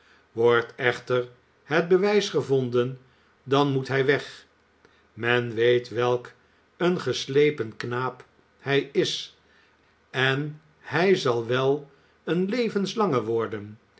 wordt echter het bewijs gevonden dan moet hij weg men weet welk een geslepen knaap hij is en hij zal wel een levenslange worden